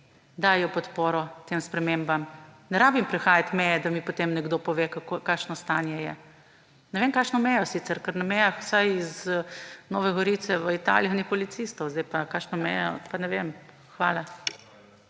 dajo podporo tem spremembam. Ne rabim prehajati meje, da mi potem nekdo pove, kakšno stanje je. Ne vem, kakšno mejo sicer, ker na mejah, vsaj iz Nove Gorice, v Italijo ni policistov. Kakšna meja, pa ne vem. Hvala.